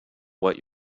what